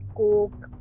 coke